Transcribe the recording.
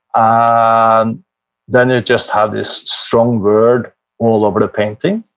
um then it just had this strong word all over the painting,